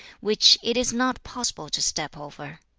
which it is not possible to step over.